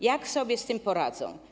Jak sobie z tym poradzą?